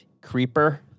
Creeper